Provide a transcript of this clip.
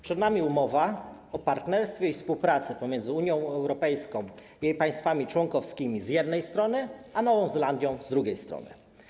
Przed nami umowa o partnerstwie i współpracy pomiędzy Unią Europejską i jej państwami członkowskimi, z jednej strony, a Nową Zelandią, z drugiej strony.